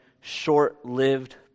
short-lived